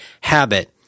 habit